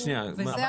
רק שנייה, מה?